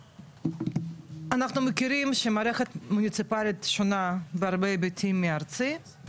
אנחנו מכירים שמערכת מוניציפלית שונה בהרבה היבטים מהארצית,